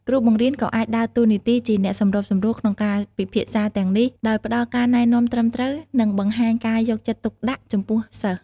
គ្រូបង្រៀនក៏អាចដើរតួនាទីជាអ្នកសម្របសម្រួលក្នុងការពិភាក្សាទាំងនេះដោយផ្ដល់ការណែនាំត្រឹមត្រូវនិងបង្ហាញការយកចិត្តទុកដាក់ចំពោះសិស្ស។